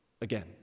again